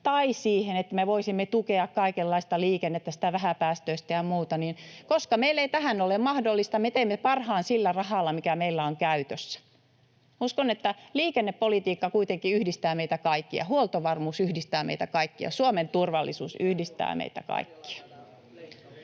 tai siihen, että me voisimme tukea kaikenlaista liikennettä, sitä vähäpäästöistä ja muuta, koska meillä ei tähän ole mahdollisuutta, me teemme parhaan sillä rahalla, mikä meillä on käytössä. Uskon, että liikennepolitiikka kuitenkin yhdistää meitä kaikkia, huoltovarmuus yhdistää meitä kaikkia, Suomen turvallisuus yhdistää meitä kaikkia.